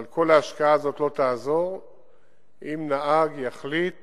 אבל כל ההשקעה הזאת לא תעזור אם נהג יחליט